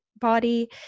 body